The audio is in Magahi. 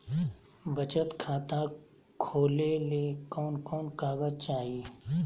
बचत खाता खोले ले कोन कोन कागज चाही?